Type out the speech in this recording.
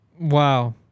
Wow